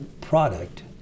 product